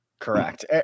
Correct